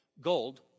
Gold